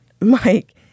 Mike